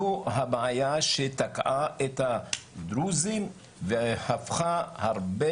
זו הבעיה שתקעה את הדרוזים והפכה הרבה